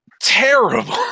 terrible